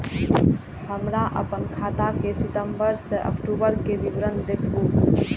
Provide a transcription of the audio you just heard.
हमरा अपन खाता के सितम्बर से अक्टूबर के विवरण देखबु?